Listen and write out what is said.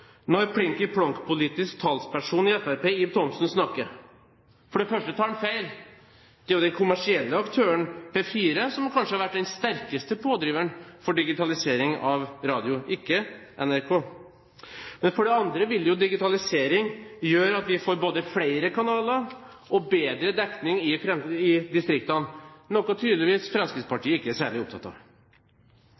når Plinky Plonk-politisk talsperson i Fremskrittspartiet, Ib Thomsen, snakker. For det første tar han feil. Det er den kommersielle aktøren P4 som kanskje har vært den sterkeste pådriveren for digitalisering av radio, ikke NRK. For det andre vil jo digitalisering gjøre at vi får både flere kanaler og bedre dekning i distriktene, noe Fremskrittspartiet tydeligvis